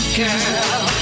girl